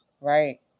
Right